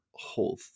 Whole